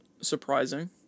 surprising